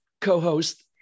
co-host